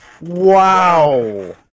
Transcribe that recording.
Wow